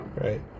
right